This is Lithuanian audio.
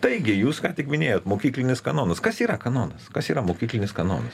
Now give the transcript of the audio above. taigi jūs ką tik minėjot mokyklinis kanonas kas yra kanonas kas yra mokyklinis kanonas